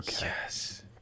Yes